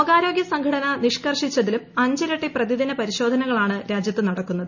ലോകാരോഗൃസംഘടന നിഷ്കർഷിച്ചതിലും അഞ്ചിരട്ടി പ്രതിദിന പരിശോധനകളാണ് രാജ്യത്ത് നടക്കുന്നത്